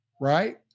Right